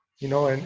you know? and